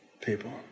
people